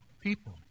people